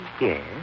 Yes